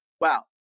wow